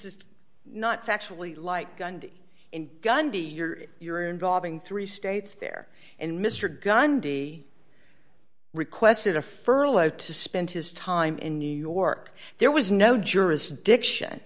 is not factually like gandhi in gandhi you're you're involving three states there and mr gandhi requested a furlough to spend his time in new york there was no jurisdiction